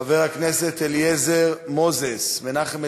חבר הכנסת מנחם אליעזר מוזס,